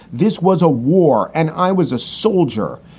this was a war and i was a soldier.